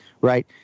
right